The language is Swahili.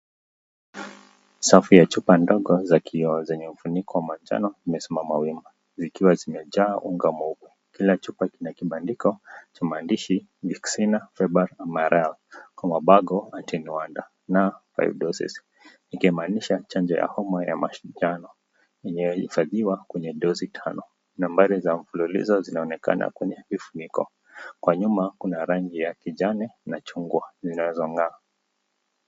Safu ya chupa ndogo za kioo zenye ufuniko wa manjano zimesimama wima. Zikiwa zimejaa unga mweupe. Kila chupa kina kibandiko cha maandishi Vicina Febre Amarela . Kwa mabago na atenuada na Five Doses . Nikimaanisha chanjo ya homa ya manjano. Yenye kuhifadhiwa kwenye dozi tano. Nambari za mfululizo zinaonekana kwenye vifuniko. Kwa nyuma kuna rangi ya kijani na chungwa zinazong'aa.